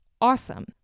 awesome